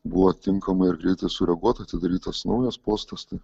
buvo tinkamai ir greitai sureaguota atidarytas naujas postas tai